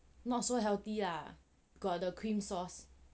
not so healthy lah got the cream sauce